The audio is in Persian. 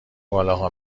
بالاها